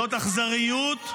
זאת אכזריות.